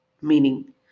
meaning